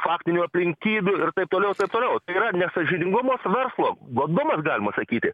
faktinių aplinkybių ir taip toliau ir taip toliau tai yra nesąžiningumas verslo godumas galima sakyti